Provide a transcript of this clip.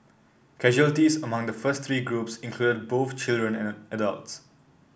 casualties among the first three groups included both children and adults